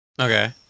Okay